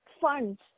funds